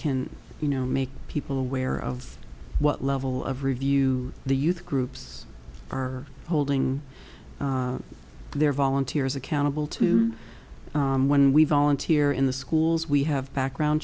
can you know make people aware of what level of review the youth groups are holding their volunteers accountable to when we volunteer in the schools we have background